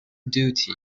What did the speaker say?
duty